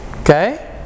okay